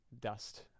dust